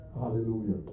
Hallelujah